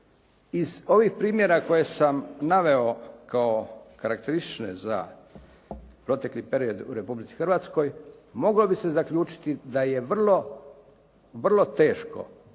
Iz ovih primjera koje sam naveo kao karakteristične za protekli period u Republici Hrvatskoj, moglo bi se zaključiti da je vrlo teško